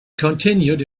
continued